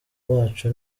wacu